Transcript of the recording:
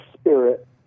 spirit